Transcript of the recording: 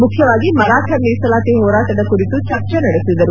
ಮುಖ್ಯವಾಗಿ ಮರಾಠ ಮೀಸಲಾತಿ ಹೋರಾಟದ ಕುರಿತು ಚರ್ಚೆ ನಡೆಸಿದರು